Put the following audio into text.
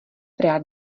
rád